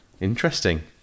Interesting